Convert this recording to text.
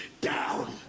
down